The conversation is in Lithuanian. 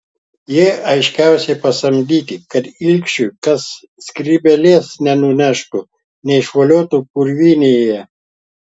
jie aiškiausiai pasamdyti kad ilgšiui kas skrybėlės nenuneštų neišvoliotų purvynėje